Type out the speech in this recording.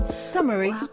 Summary